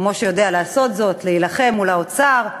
כמו שהוא יודע לעשות זאת, נלחם מול האוצר.